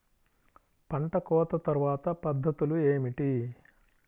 పంట కోత తర్వాత పద్ధతులు ఏమిటి?